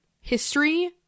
history